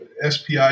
SPI